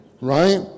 Right